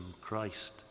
Christ